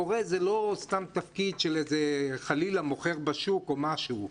מורה זה לא סתם תפקיד של איזה חלילה מוכר בשוק או משהו.